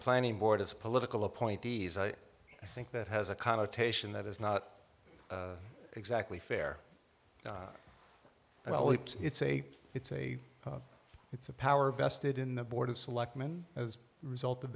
planning board as political appointees and i think that has a connotation that is not exactly fair one well it's a it's a it's a power vested in the board of selectmen as a result of